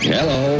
Hello